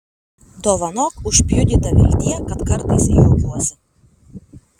dovanok užpjudyta viltie kad kartais juokiuosi